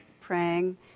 praying